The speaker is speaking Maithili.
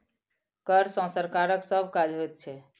कर सॅ सरकारक सभ काज होइत छै